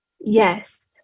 Yes